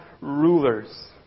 rulers